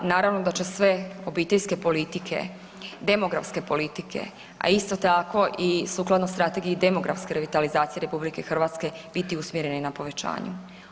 Naravno da će sve obiteljske politike, demografske politike, a isto tako i sukladno Strategiji demografske revitalizacije RH biti usmjereni na povećanju.